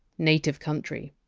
native country.